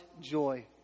joy